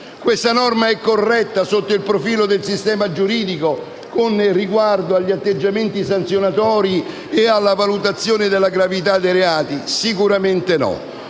Questa norma è corretta sotto il profilo del sistema giuridico, con riguardo agli atteggiamenti sanzionatori e alla valutazione della gravità dei reati? Sicuramente no.